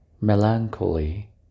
melancholy